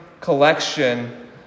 collection